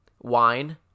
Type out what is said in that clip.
Wine